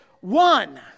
one